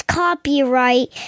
copyright